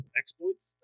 exploits